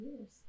years